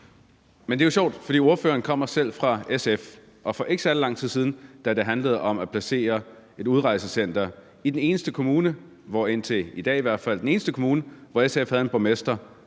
Men det er jo sjovt, fordi ordføreren selv kommer fra SF, og for ikke særlig lang tid siden, da det handlede om at placere et udrejsecenter i den eneste kommune, hvor SF, i hvert fald indtil i dag, havde en borgmester,